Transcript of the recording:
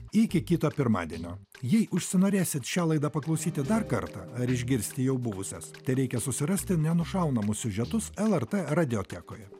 iki kito pirmadienio jei užsinorėsit šią laidą paklausyti dar kartą ar išgirsti jau buvusias tereikia susirasti nenušaunamus siužetus lrt radiotekoje